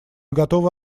готовы